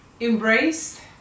embraced